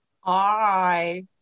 Hi